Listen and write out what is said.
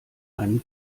einen